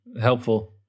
Helpful